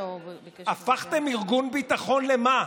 הפכתם ארגון ביטחון, למה?